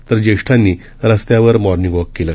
तर जेष्ठांनी रस्त्यावर मॉर्निंग वॉक केलं